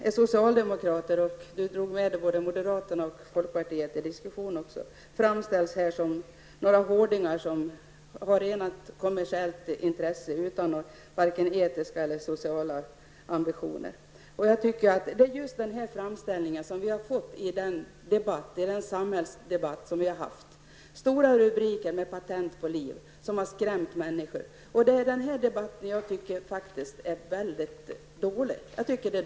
Vi socialdemokrater -- Martin Olsson nämnde även moderaterna och folkpartiet i det sammanhanget -- framställs som hårdingar med rent kommersiella intressen utan vare sig etiska eller sociala ambitioner. Det är just den framställningen i samhällsdebatten -- det har ju förekommit stora rubriker om patent på liv -- som skrämmer människor. Jag tycker faktiskt att det är ett dåligt sätt att debattera.